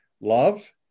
love